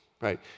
Right